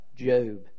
Job